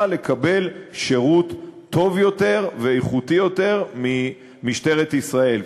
לקבל שירות טוב יותר ואיכותי יותר ממשטרת ישראל.